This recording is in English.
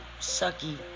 sucky